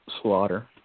slaughter